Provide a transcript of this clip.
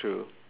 true